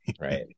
Right